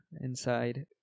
inside